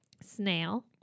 Snail